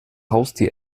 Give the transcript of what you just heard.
haustier